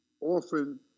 often